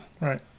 Right